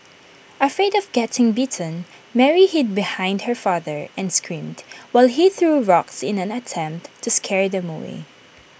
afraid of getting bitten Mary hid behind her father and screamed while he threw rocks in an attempt to scare them away